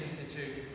Institute